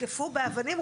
הותקפו באבנים.